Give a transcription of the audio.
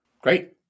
Great